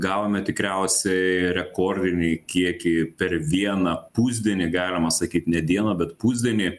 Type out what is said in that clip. gavome tikriausiai rekordinį kiekį per vieną pusdienį galima sakyt ne dieną bet pusdienį